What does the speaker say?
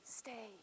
stay